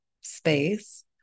space